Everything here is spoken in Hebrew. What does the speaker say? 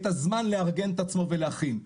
את הזמן לארגן את עצמו להכין,